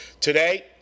Today